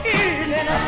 evening